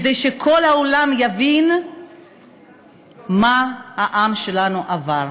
כדי שכל העולם יבין מה העם שלנו עבר.